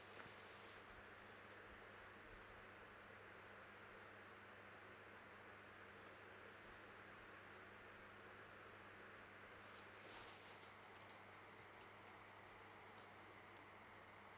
uh